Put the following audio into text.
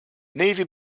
navy